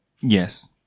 Yes